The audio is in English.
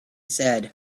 said